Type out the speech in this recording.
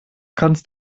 kannst